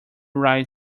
write